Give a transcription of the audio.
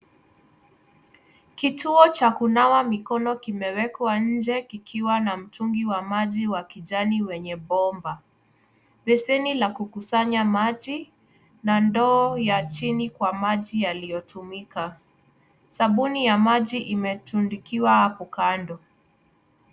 Kituo cha kunawa mikono kimewekwa nje kikiwa na mtungi wa maji wa kijani wenye bomba. Beseni la kukusanya maji na ndoo ya chini kwa maji yaliyotumika. Sabuni ya maji imetundukiwa hapo kando.